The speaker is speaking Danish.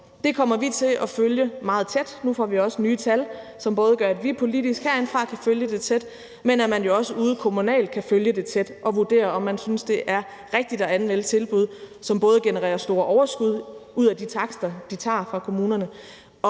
Det kommer vi til at følge meget tæt. Nu får vi også nye tal, som både gør, at vi politisk herindefra kan følge det tæt, men også at man jo ude kommunalt kan følge det tæt og vurdere, om man synes, det er rigtigt at anmelde tilbud, som både genererer store overskud ud af de takster, de tager fra kommunerne,